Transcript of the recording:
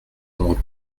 rendre